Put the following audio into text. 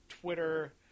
Twitter